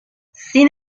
sin